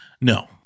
No